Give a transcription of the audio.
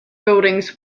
buildings